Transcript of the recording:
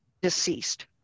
deceased